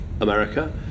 America